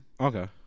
Okay